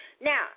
Now